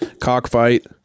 Cockfight